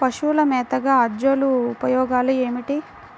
పశువుల మేతగా అజొల్ల ఉపయోగాలు ఏమిటి?